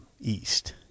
east